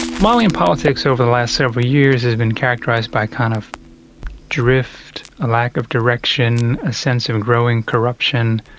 malian politics over the last several years has been characterised by a kind of drift, a lack of direction, a sense of growing corruption,